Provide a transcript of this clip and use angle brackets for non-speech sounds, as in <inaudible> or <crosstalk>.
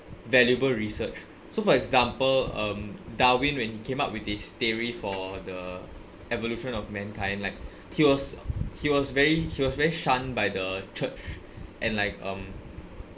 valuable research so for example um darwin when he came up with this theory for the evolution of mankind like <breath> he was he was very he was very shunned by the church and like um